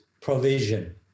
provision